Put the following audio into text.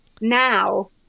now